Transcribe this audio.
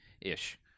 ish